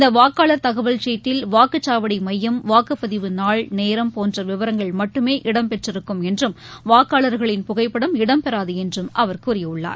இந்த வாக்காளர் தகவல் சீட்டில் வாக்குச்சாவடி மையம் வாக்குப்பதிவு நாள் நேரம் போன்ற விவரங்கள் மட்டுமே இடம்பெற்றிருக்கும் என்றும் வாக்காளர்களின் புகைப்படம் இடம்பெறாது என்றும் அவர் கூறியுள்ளார்